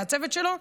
והצוות שלו,